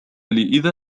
إذا